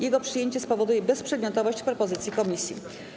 Jego przyjęcie spowoduje bezprzedmiotowość propozycji komisji.